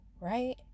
right